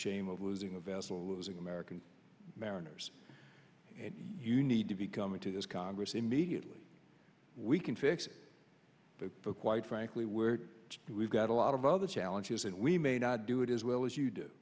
shame of losing a vessel losing american mariners and you need to be coming to this congress immediately we can fix a quite frankly where we've got a lot of other challenges and we may not do it as well as you do